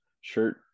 shirt